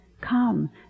Come